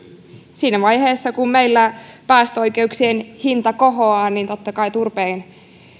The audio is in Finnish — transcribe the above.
siinä vaiheessa kun meillä päästöoikeuksien hinta kohoaa totta kai turpeen